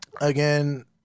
again